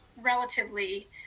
relatively